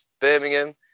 Birmingham